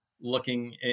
looking